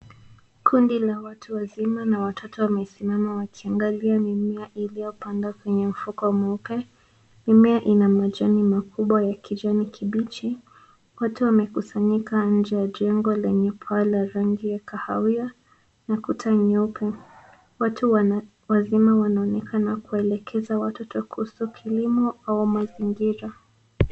Kundi la watu wazima na watoto wamesimama wakiangalia mimea iliyopandwa kwenye mfuko mweupe. Mimea ina majani makubwa ya kijani kibichi. Watu wamekusanyika nje ya jengo lenye paa la rangi ya kahawia na kuta nyeupe. Watu wazima wanaonekana kuelekeza watoto kuhusu kilimo au mazingira.